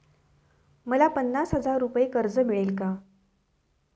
मला पन्नास हजार रुपये कर्ज मिळेल का?